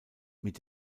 mit